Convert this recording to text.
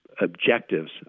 objectives